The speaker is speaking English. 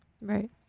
Right